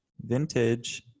vintage